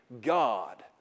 God